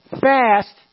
fast